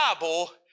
Bible